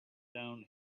down